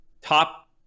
top